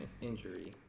Injury